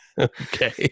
Okay